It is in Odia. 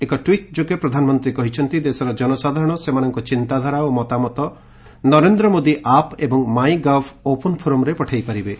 ଏକ ଟ୍ୱିଟ୍ ଯୋଗେ ପ୍ରଧାନମନ୍ତୀ କହିଛନ୍ତି ଦେଶର ଜନସାଧାରଣ ସେମାନଙ୍ଙ ଚିନ୍ତାଧାରା ଓ ମତାମତ ନରେନ୍ଦ୍ରମୋଦି ଆପ୍ ଏବଂ ମାଇଁ ଗଭ୍ ଓପନ୍ ଫୋରମ୍ରେ ପଠାଇପାରିବେ